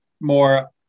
more